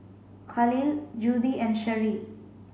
Khalil Judi and Sherri